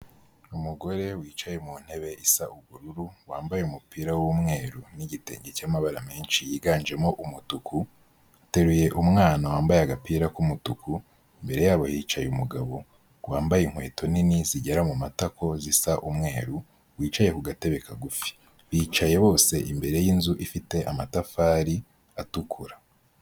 Umugore wicaye mu ntebe isa ubururu, wambaye umupira w'umweru, n'igitenge cy'amabara menshi yiganjemo umutuku, uteruye umwana wambaye agapira k'umutuku, imbere yabo hicaye umugabo wambaye inkweto nini zigera mumatako zisa umweru, wicaye ku gatebe kagufi, bicaye bose imbere y'inzu ifite amatafari atukura.